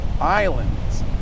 islands